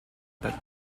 that